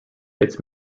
its